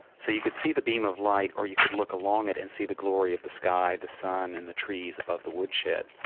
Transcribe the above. so you could see the beam of light or you could look along it and see the glory of the sky, the sun, and the trees above the woodshed.